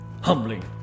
humbling